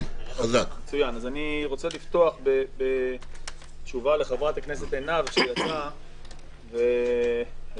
אני רוצה לפתוח בתשובה לחברת הכנסת עינב שיצאה והעירה